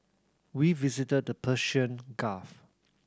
we visited the Persian Gulf